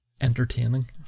entertaining